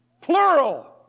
plural